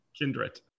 Kindred